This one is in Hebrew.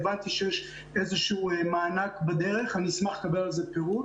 הבנתי שיש איזה מענק בדרך, אשמח לקבל פירוט.